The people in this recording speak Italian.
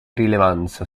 rilevanza